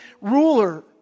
ruler